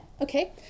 okay